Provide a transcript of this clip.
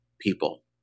people